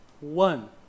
one